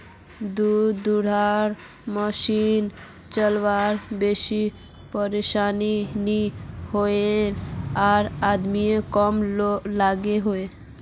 दूध धुआर मसिन चलवात बेसी परेशानी नि होइयेह आर आदमियों कम लागोहो